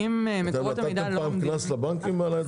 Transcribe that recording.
נתתם פעם קנס לבנקים?